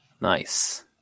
Nice